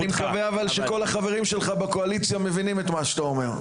אני מקווה גם שכל החברים שלך בקואליציה מבינים את מה שאתה אומר.